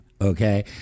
okay